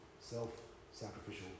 self-sacrificial